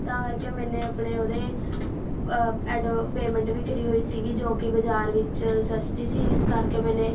ਤਾਂ ਕਰਕੇ ਮੈਨੇ ਆਪਣੇ ਉਹਦੇ ਐਡ ਪੇਮੈਂਟ ਵੀ ਕਰੀ ਹੋਈ ਸੀਗੀ ਜੋ ਕਿ ਬਜਾਰ ਵਿੱਚ ਸਸਤੀ ਸੀ ਇਸ ਕਰਕੇ ਮੈਨੇ